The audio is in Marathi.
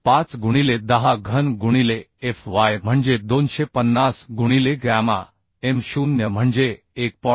5 गुणिले 10 घन गुणिले f y म्हणजे 250 गुणिले गॅमा m0 म्हणजे 1